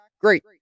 great